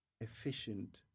efficient